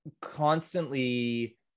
constantly